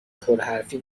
پرحرفی